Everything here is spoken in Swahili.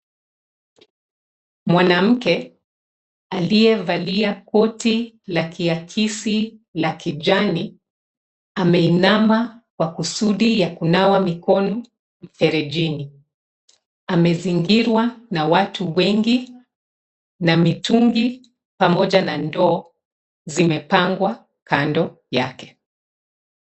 Mwanamke aliyevalia koti la kiakisi la kijani, ameinama kwa kusudi la kunawa mikono mferejini. Amezingirwa na watu wengi na mitungi pamoja na ndoo zimepangwa kando yake.